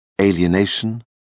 alienation